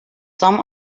some